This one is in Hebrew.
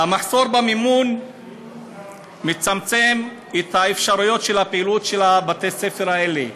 המחסור במימון מצמצם את האפשרויות של הפעילות של בתי-הספר האלה: